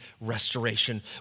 restoration